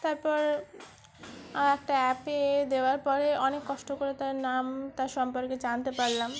তারপর একটা অ্যাপে দেওয়ার পরে অনেক কষ্ট করে তার নাম তার সম্পর্কে জানতে পারলাম